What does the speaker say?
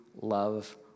love